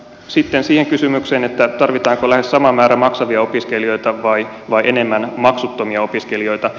sitten siihen kysymykseen tarvitaanko lähes sama määrä maksavia opiskelijoita vai enemmän maksuttomia opiskelijoita